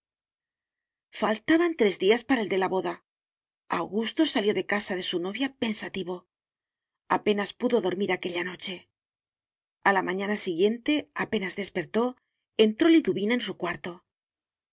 faltaban tres días para el de la boda augusto salió de casa de su novia pensativo apenas pudo dormir aquella noche a la mañana siguiente apenas despertó entró liduvina en su cuarto